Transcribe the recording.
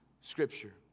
scripture